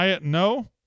no